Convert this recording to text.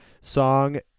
song